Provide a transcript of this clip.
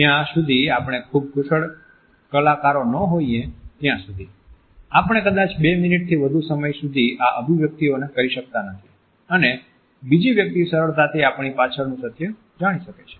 જ્યાં સુધી આપણે ખૂબ કુશળ કલાકારો ન હોઈએ ત્યાં સુધી આપણે કદાચ બે મિનિટથી વધુ સમય સુધી આ અભિવ્યક્તિને કરી શકતા નથી અને બીજી વ્યક્તિ સરળતાથી આપણી પાછળનું સત્ય જાણી શકે છે